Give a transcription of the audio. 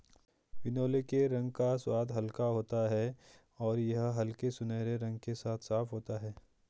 बिनौले के तेल का स्वाद हल्का होता है और यह हल्के सुनहरे रंग के साथ साफ होता है